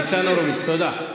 ניצן הורוביץ, תודה.